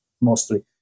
mostly